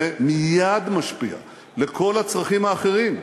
זה מייד משפיע על כל הצרכים האחרים.